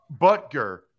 Butker